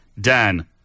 Dan